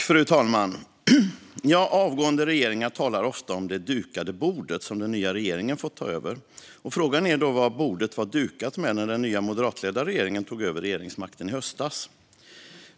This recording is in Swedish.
Fru talman! Avgående regeringar talar ofta om det dukade bordet som den nya regeringen har fått ta över. Frågan är då vad bordet var dukat med när den nya moderatledda regeringen tog över regeringsmakten i höstas.